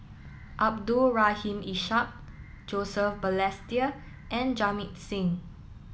Abdul Rahim Ishak Joseph Balestier and Jamit Singh